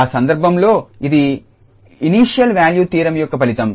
ఆ సందర్భంలో ఇది ఇనీషియల్ వాల్యూ థీరం యొక్క ఫలితం